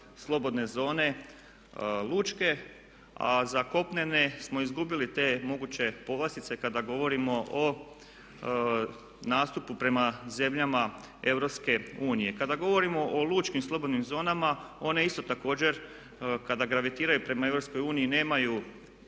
slobodne zone lučke a za kopnene smo izgubili te moguće povlastice kada govorimo o nastupu prema zemljama EU. Kada govorimo o lučkim slobodnim zonama, one isto također kada gravitiraju prema EU nemaju